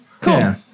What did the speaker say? Cool